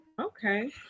Okay